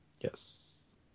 Yes